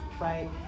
right